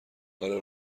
آره